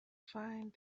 find